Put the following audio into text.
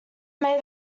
may